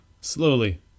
Slowly